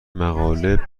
مقاله